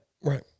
Right